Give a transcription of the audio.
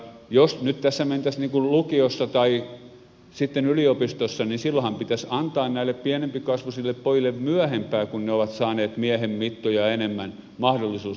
jos nyt tässä mentäisiin niin kuin lukiossa tai sitten yliopistossa niin silloinhan pitäisi antaa näille pienempikasvuisille pojille myöhempään kun he ovat saaneet miehen mittoja enemmän mahdollisuus näyttää kykynsä